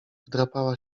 wdrapała